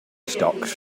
stocks